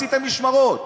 עשיתם משמרות.